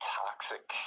toxic